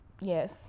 Yes